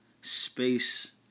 space